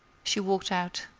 she walked out.